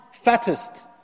fattest